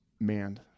manned